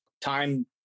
time